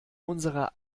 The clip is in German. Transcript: unserer